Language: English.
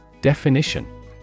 Definition